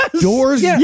doors